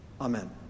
Amen